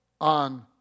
on